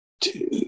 Two